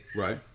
Right